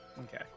Okay